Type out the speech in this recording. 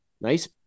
Nice